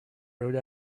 rode